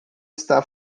está